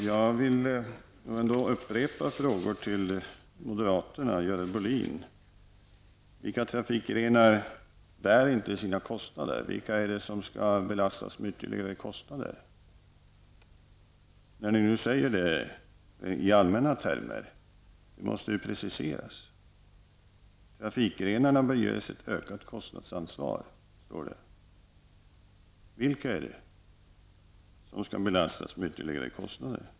Herr talman! Jag vill upprepa mina frågor till moderaterna och Görel Bohlin. Vilka trafikgrenar är det som inte bär sina kostnader? Vilka skall belastas med ytterligare kostnader? Ni talar om detta i allmänna termer, men ni måste ju precisera er. Trafikgrenarna bör ges ett ökat kostnadsansvar, står det att läsa. Vilka trafikgrenar skall belastas med ytterligare kostnader?